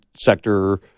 sector